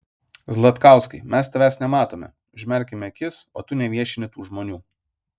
zlatkauskai mes tavęs nematome užmerkiame akis o tu neviešini tų žmonių